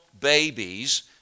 babies